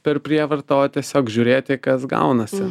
per prievartą o tiesiog žiūrėti kas gaunasi